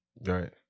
Right